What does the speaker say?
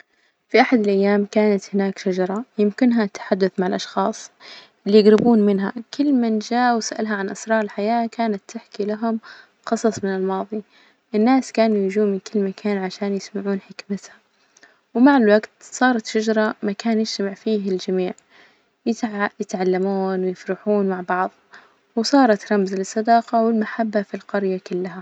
في أحد الأيام كانت هناك شجرة يمكنها التحدث مع الأشخاص اللي يجربون منها، كل من جا وسألها عن أسرار الحياة كانت تحكي لهم قصص من الماضي، الناس كانوا يجوا من كل مكان عشان يسمعون حكمتها، ومع الوجت صارت الشجرة مكان يجنمع فيه الجميع يتع- يتعلمون ويفرحون مع بعض، وصارت رمز للصداقة والمحبة في القرية كلها.